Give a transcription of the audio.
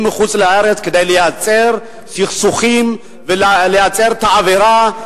מחוץ-לארץ כדי לייצר סכסוכים ולייצר את האווירה,